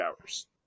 hours